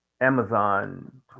Amazon